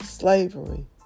Slavery